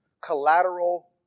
collateral